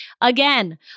Again